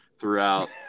throughout